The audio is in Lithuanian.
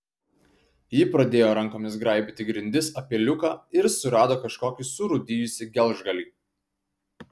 ji pradėjo rankomis graibyti grindis apie liuką ir surado kažkokį surūdijusį gelžgalį